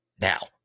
now